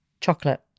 Chocolate